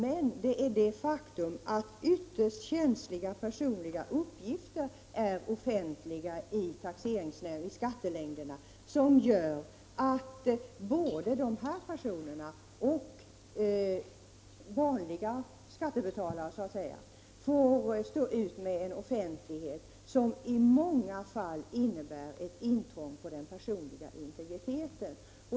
Men det är det faktum att ytterst känsliga personliga uppgifter är offentliga i skattelängderna som gör att både dessa personer och vanliga skattebetalare, så att säga, får stå ut med en offentlighet som i många fall innebär ett intrång i den personliga integriteten.